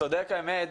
תודה רבה,